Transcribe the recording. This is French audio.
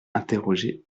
interrogé